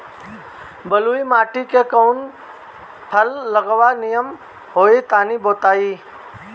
बलुई माटी में कउन फल लगावल निमन होई तनि बताई?